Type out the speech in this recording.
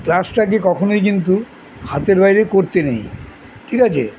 ক্লাচটাকে কখনোই কিন্তু হাতের বাইরে করতে নেই ঠিক আছে